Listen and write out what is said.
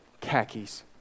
khakis